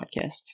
podcast